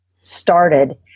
started